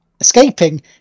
escaping